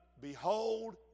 behold